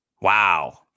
Wow